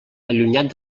allunyat